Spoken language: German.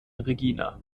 regina